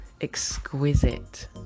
exquisite